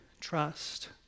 trust